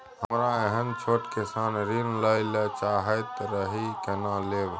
हमरा एहन छोट किसान ऋण लैले चाहैत रहि केना लेब?